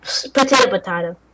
Potato-potato